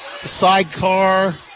Sidecar